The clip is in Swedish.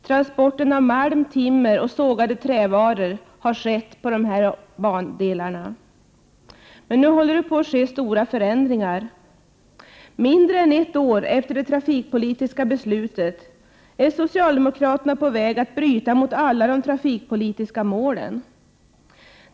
Transporten av malm, timmer och sågade trävaror har skett på dessa järnvägar. Men nu håller stora förändringar på att ske. Mindre än ett år efter det trafikpolitiska beslutet är socialdemokraterna på väg att bryta mot alla de trafikpolitiska målen.